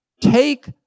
Take